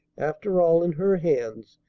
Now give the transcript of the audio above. after all, in her hands,